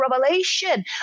revelation